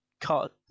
cut